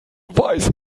weißem